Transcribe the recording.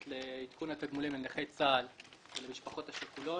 לעדכון התגמולים לנכי צה"ל ולמשפחות השכולות.